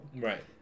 Right